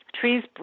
trees